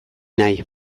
nahi